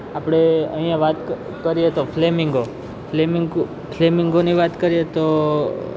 આપળે અહીંયા વાત કરીએ તો ફ્લેમિંગો ફ્લેમિંગોની વાત કરીએ તો